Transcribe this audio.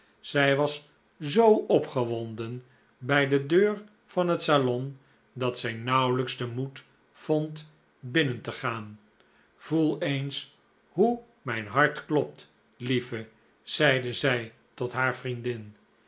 zij was zoo opgewonden bij de deur van het salon dat zij nauwelijks den moed vond binnen te gaan voel eens hoe mijn hart klopt lieve zeide zij tot haar vriendin